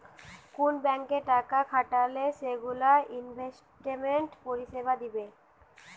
কুন ব্যাংকে টাকা খাটালে সেগুলো ইনভেস্টমেন্ট পরিষেবা দিবে